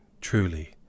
truly